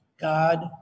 God